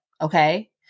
okay